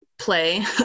play